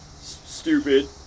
stupid